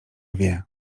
wie